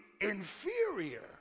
inferior